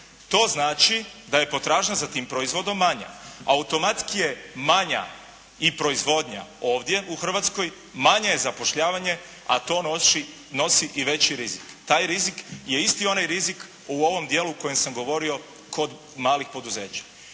to znači da je potražnja za tim proizvodom manja. Automatski je manja i proizvodnja ovdje u Hrvatskoj, manje je zapošljavanje, a to nosi i veći rizik. Taj rizik je isti onaj rizik u ovom dijelu u kojem sam govorio kod malih poduzeća.